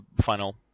final